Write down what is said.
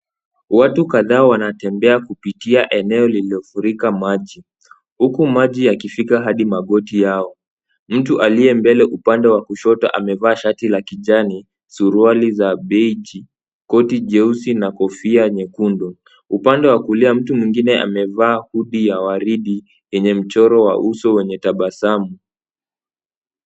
Watu kadhaa wanatembea kupitia eneo lililofurika maji, huku maji yakifika hadi magoti yao. Mtu aliye mbele upande wa kushoto amevaa shati la kijani, suruali za beji, koti jeusi na kofia nyekundu. Upande wa kulia mtu mwingine amevaa hoodie ya waridi yenye mchoro wa uso wenye tabasamu